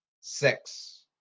six